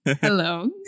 hello